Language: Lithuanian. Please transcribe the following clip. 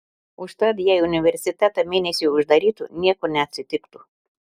užtat jei universitetą mėnesiui uždarytų nieko neatsitiktų